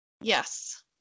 Yes